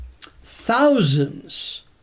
thousands